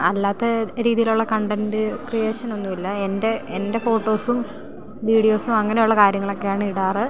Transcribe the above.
അല്ലാത്ത രീതിയിലുള്ള കണ്ടൻറ്റ് ക്രിയേഷനൊന്നുമില്ല എൻ്റെ എൻ്റെ ഫോട്ടോസും വീഡിയോസും അങ്ങനെയുള്ള കാര്യങ്ങളൊക്കെയാണിടാറ്